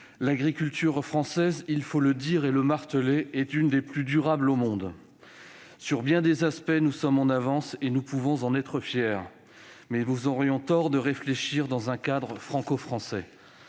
L'agriculture française, il faut le dire et le marteler, est l'une des plus durables au monde. Sur bien des aspects, nous sommes en avance. Nous pouvons en être fiers, mais nous aurions tort de réfléchir dans un cadre franco-français